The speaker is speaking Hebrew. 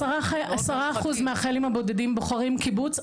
10% מהחיילים הבודדים בוחרים קיבוץ.